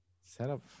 Setup